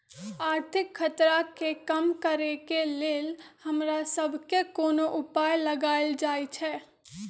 आर्थिक खतरा के कम करेके लेल हमरा सभके कोनो उपाय लगाएल जाइ छै